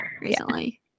recently